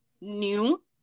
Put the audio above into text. new